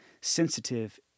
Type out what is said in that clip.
sensitive